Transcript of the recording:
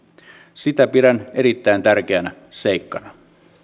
sitä pidän erittäin tärkeänä seikkana